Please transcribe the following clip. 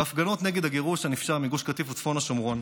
בהפגנות נגד הגירוש הנפשע מגוש קטיף וצפון השומרון,